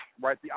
right